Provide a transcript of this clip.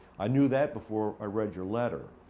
i knew that before i read your letter.